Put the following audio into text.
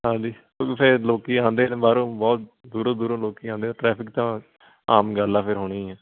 ਹਾਂਜੀ ਉੱਥੇ ਲੋਕੀ ਆਉਂਦੇ ਨੇ ਬਾਹਰੋਂ ਬਹੁਤ ਦੂਰੋਂ ਦੂਰੋਂ ਲੋਕੀ ਆਉਂਦੇ ਟ੍ਰੈਫ਼ਿਕ ਤਾਂ ਆਮ ਗੱਲ ਹੈ ਫੇਰ ਹੋਣੀ ਆ